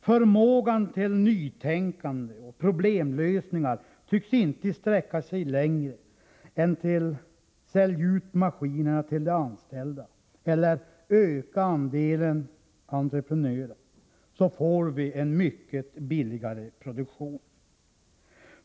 Förmågan till nytänkande och problemlösningar tycks inte sträcka sig längre än till ”sälj ut maskinerna till de anställda” eller ”öka andelen entreprenörer”, så får vi en mycket billigare produktion.